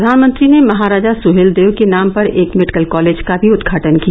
प्रधानमंत्री ने महाराजा सुहेलदेव के नाम पर एक मेडिकल कॉलेज का भी उद्घाटन किया